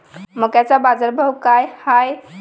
मक्याचा बाजारभाव काय हाय?